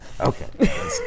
Okay